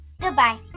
goodbye